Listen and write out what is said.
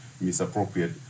misappropriate